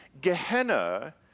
Gehenna